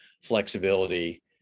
flexibility